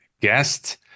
guest